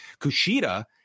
Kushida